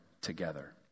together